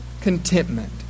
contentment